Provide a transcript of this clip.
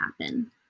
happen